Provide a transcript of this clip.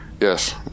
yes